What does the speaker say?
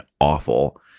awful